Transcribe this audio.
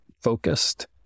focused